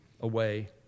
away